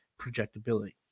projectability